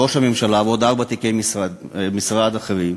ראש הממשלה ועוד ארבעה תיקי משרד אחרים,